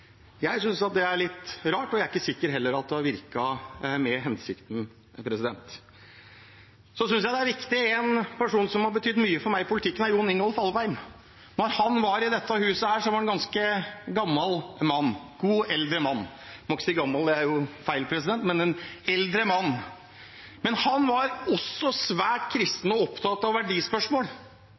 Jeg synes at det er litt rart, og jeg er heller ikke sikker på at det har virket etter hensikten. En person som har betydd mye for meg i politikken, er John Ingolf Alvheim. Da han var i dette huset, var han en ganske gammel mann – en god, eldre mann – jeg må ikke si gammel, det er jo feil, men en eldre mann. Han var også svært kristen og opptatt av verdispørsmål,